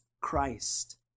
Christ